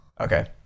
Okay